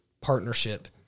partnership